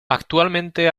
actualmente